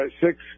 Six